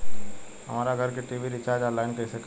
हमार घर के टी.वी रीचार्ज ऑनलाइन कैसे करेम?